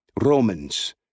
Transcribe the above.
Romans